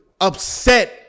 upset